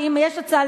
שאם יש הצעה